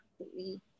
completely